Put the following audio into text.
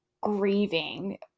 grieving